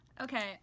Okay